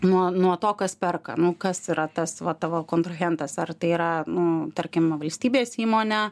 nuo nuo to kas perka nu kas yra tas va tavo kontrahentas ar tai yra nu tarkim valstybės įmonė